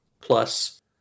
plus